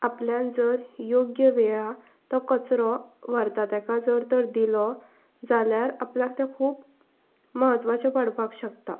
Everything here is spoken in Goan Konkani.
आपल्यान जर योग्य वेळा तो कचरो व्हरता ताका जर तर दिलो जाल्यार आपल्याक ते खूब महत्वाचें पडपाक शकता